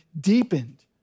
deepened